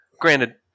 Granted